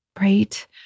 right